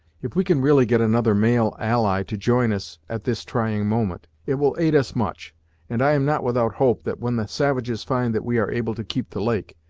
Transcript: if we can really get another male ally to join us at this trying moment, it will aid us much and i am not without hope that when the savages find that we are able to keep the lake,